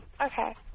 Okay